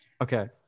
Okay